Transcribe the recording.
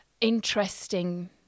interesting